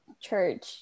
church